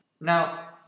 Now